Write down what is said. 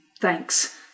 thanks